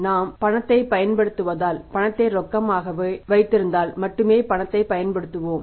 நாம் பணத்தைப் பயன்படுத்துவதால் பணத்தை ரொக்கமாக வைத்திருந்தால் மட்டுமே பணத்தை பயன்படுத்துவோம்